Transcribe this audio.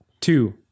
two